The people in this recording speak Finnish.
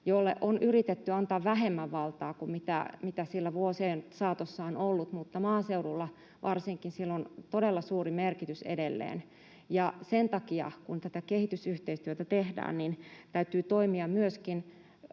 jolle on yritetty antaa vähemmän valtaa kuin mitä sillä vuosien saatossa on ollut, mutta varsinkin maaseudulla sillä on todella suuri merkitys edelleen. Sen takia, kun tätä kehitysyhteistyötä tehdään, täytyy toimia myöskin